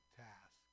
task